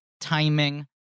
timing